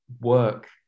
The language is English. work